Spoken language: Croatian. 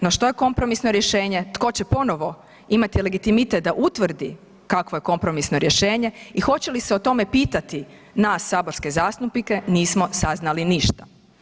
No što je kompromisno rješenje, tko će ponovo imati legitimitet da utvrdi kakvo je kompromisno rješenje i hoće se o tome pitati nas saborske zastupnike, nismo saznali ništa.